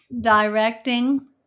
Directing